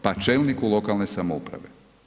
Pa čelniku lokalne samouprave.